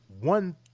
one